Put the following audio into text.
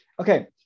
Okay